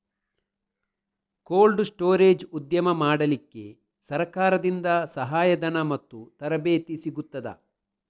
Cold storage ಉದ್ಯಮ ಮಾಡಲಿಕ್ಕೆ ಸರಕಾರದಿಂದ ಸಹಾಯ ಧನ ಮತ್ತು ತರಬೇತಿ ಸಿಗುತ್ತದಾ?